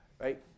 right